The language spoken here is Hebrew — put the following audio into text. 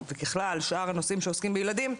ככלל בשאר הנושאים שעוסקים בילדים,